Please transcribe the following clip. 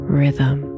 rhythm